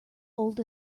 old